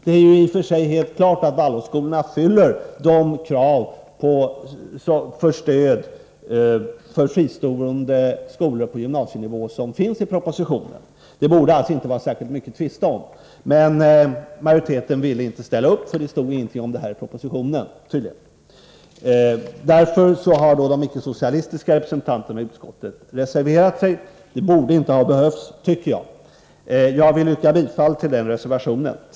Det är ju helt klart att Waldorfskolorna uppfyller propositionens krav när det gäller stöd till fristående skolor på gymnasienivå. Det borde alltså inte vara särskilt mycket att tvista om. Majoriteten ville dock inte ställa upp, eftersom det tydligen inte stod någonting om detta i propositionen. Därför har de icke-socialistiska representanterna i utskottet reserverat sig. Enligt min mening borde det inte ha behövts. Jag yrkar dock bifall till reservationen på denna punkt.